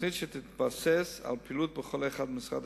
תוכנית שתבוסס על פעילות בכל אחד ממשרדי